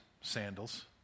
sandals